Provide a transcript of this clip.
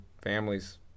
families